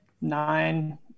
nine